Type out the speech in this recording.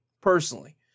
personally